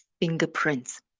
fingerprints